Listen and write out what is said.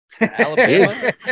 Alabama